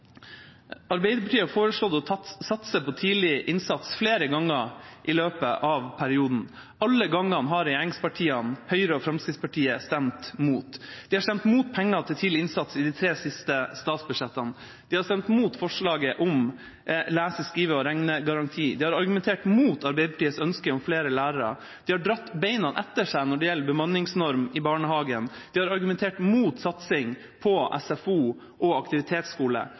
Arbeiderpartiet har foreslått å satse på tidlig innsats flere ganger i løpet av perioden. Alle gangene har regjeringspartiene, Høyre og Fremskrittspartiet, stemt imot. De har stemt imot penger til tidlig innsats i de tre siste statsbudsjettene. De har stemt mot forslaget om lese-, skrive- og regnegaranti. De har argumentert mot Arbeiderpartiets ønske om flere lærere. De har dratt bena etter seg når det gjelder bemanningsnorm i barnehagen. De har argumentert mot satsing på SFO og aktivitetsskole,